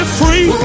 free